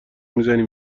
میزنی